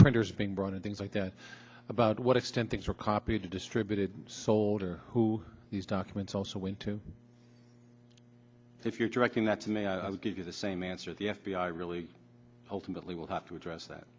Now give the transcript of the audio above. printers being brought in things like that about what extent things were copied to distributed sold or who these documents also went to if you're directing that to me i would give you the same answer the f b i really ultimately will have to address that